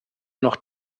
noch